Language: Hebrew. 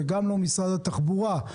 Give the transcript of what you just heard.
וגם משרד התחבורה לא נתנו.